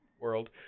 world